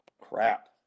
Crap